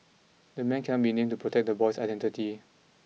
the man cannot be named to protect the boy's identity